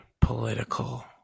political